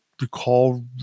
recall